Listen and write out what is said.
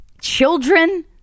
Children